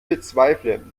bezweifle